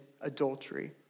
adultery